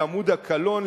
אל עמוד הקלון,